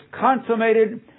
consummated